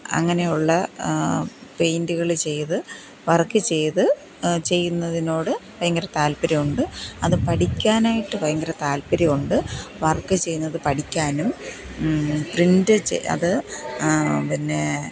അങ്ങനെയുള്ള പെയിന്റ്കൾ ചെയ്ത് വര്ക്ക് ചെയ്ത് ചെയ്യുന്നതിനോട് ഭയങ്കര താല്പ്പര്യം ഉണ്ട് അത് പഠിക്കാനായിട്ട് ഭയങ്കര താല്പ്പര്യം ഉണ്ട് വര്ക്ക് ചെയ്യുന്നത് പഠിക്കാനും പ്രിന്റ് അത് പിന്നെ